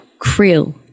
Krill